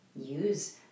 use